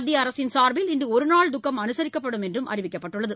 மத்திய அரசின் சா்பில் இன்று ஒருநாள் துக்கம் அனுசிக்கப்படும் என்று அறிவிக்கப்பட்டுள்ளது